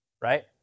right